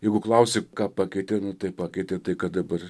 jeigu klausi ką pakeitė tai pakeitė tai kad dabar